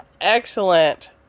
excellent